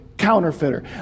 counterfeiter